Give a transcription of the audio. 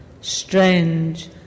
Strange